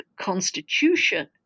constitution